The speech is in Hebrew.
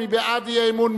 להצביע, מי בעד האי-אמון?